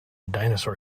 dinosaur